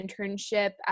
internship